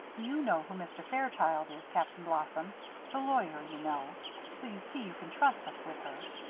you know who mr. fairchild is, captain blossom the lawyer, you know so you see you can trust us with her.